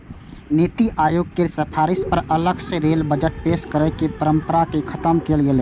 नीति आयोग केर सिफारिश पर अलग सं रेल बजट पेश करै के परंपरा कें खत्म कैल गेलै